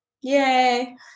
Yay